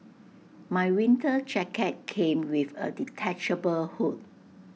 my winter jacket came with A detachable hood